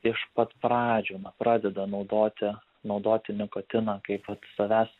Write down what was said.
iš pat pradžių na pradeda naudoti naudoti nikotiną kaip vat savęs